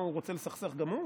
מה, הוא רוצה לסכסך גם הוא?